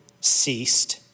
ceased